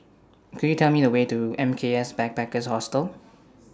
Could YOU Tell Me The Way to M K S Backpackers Hostel